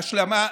ההשלמה,